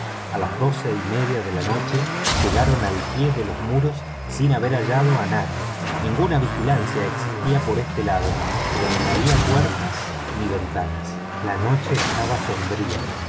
a las doce y media de la noche llegaron al pie de los muros sin haber hallado a nadie ninguna vigilancia existía por ese lado pero ni había puertas ni ventanas la noche estaba sombría